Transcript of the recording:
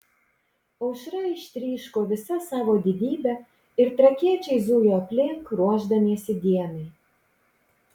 aušra ištryško visa savo didybe ir trakiečiai zujo aplink ruošdamiesi dienai